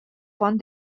font